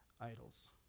idols